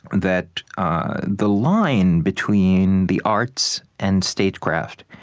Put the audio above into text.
that the line between the arts and statecraft